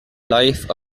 life